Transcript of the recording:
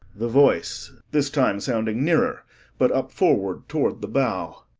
the voice this time sounding nearer but up forward toward the bow.